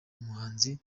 umuhanzi